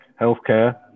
healthcare